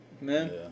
man